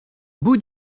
bout